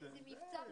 כן.